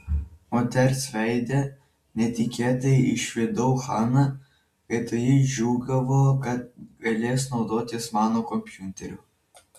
moters veide netikėtai išvydau haną kai toji džiūgavo kad galės naudotis mano kompiuteriu